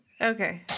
okay